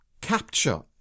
capture